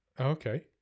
Okay